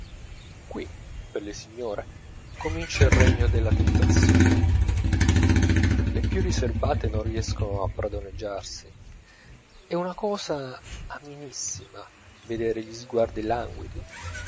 qui per le signore comincia il regno della tentazione le più riserbate non riescono a padroneggiarsi è una cosa amenissima vedere gli sguardi languidi